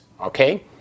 okay